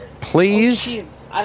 please